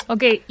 Okay